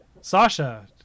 Sasha